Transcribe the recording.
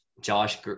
Josh